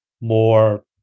more